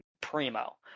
primo